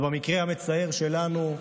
ובמקרה המצער שלנו,